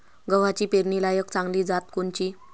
गव्हाची पेरनीलायक चांगली जात कोनची?